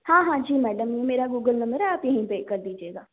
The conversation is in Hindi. हाँ हाँ जी मैडम मेरा गूगल नम्बर है आप यहीं पर कर दीजिएगा